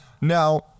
now